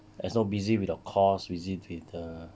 as know busy with the course busy with the